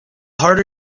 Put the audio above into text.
harder